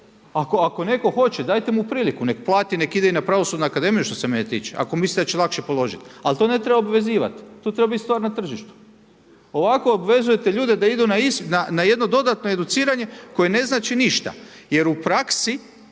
Ako netko hoće, dajte mu priliku, neka plati, neka ide i na Pravosudnu akademiju što se mene tiče, ako misli da će lakše položiti ali to ne treba obvezivati, to treba biti stvar na tržištu. Ovako obvezujete ljude da idu na jedno dodatno educiranje koje ne znači ništa. Jer u praksi